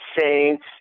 saints